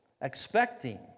expecting